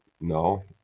No